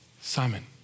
Simon